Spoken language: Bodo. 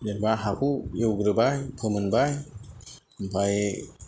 जेनेबा हाखौ एवग्रोबाय फोमोनबाय ओमफ्राय